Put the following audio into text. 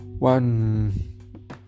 One